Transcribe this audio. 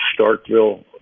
Starkville